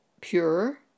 pure